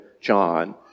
John